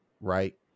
right